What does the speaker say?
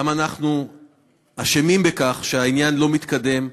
גם אנחנו אשמים בכך שהעניין לא מתקדם.